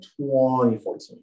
2014